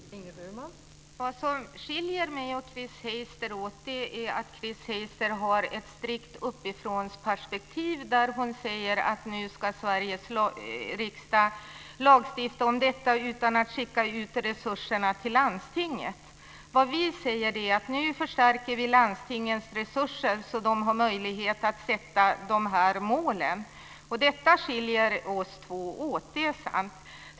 Fru talman! Det som skiljer mig och Chris Heister åt är att Chris Heister har ett strikt uppifrånperspektiv och säger att nu ska Sveriges riksdag lagstifta om detta utan att skicka ut resurserna till landstingen. Vi säger att nu förstärker vi landstingens resurser så att de har möjlighet att sätta de här målen. Detta skiljer oss två åt. Det är sant.